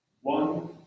One